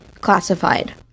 classified